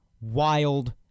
wild